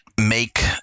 Make